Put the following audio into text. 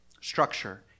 structure